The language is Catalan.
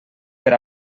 per